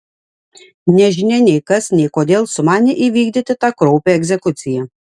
nežinia nei kas nei kodėl sumanė įvykdyti tą kraupią egzekuciją